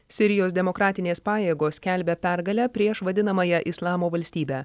sirijos demokratinės pajėgos skelbia pergalę prieš vadinamąją islamo valstybę